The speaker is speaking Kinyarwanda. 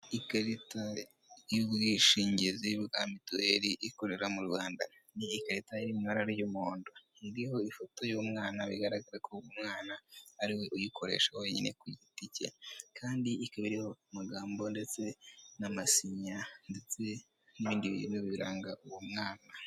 Ikarita y'ubwishingizi bwa mituweli ikorera mu Rwanda, iyi karita iri mu ibara ry'umuhondo, iriho ifoto y'umwana bigaragaza ko umwana ariwe uyikoresha wenyine ku giti cye, kandi ikaba iriho amagambo ndetse n'amasinya, ndetse n'ibindi bintu biranga uwo mwana.